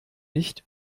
nicht